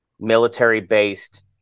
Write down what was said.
military-based